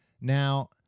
Now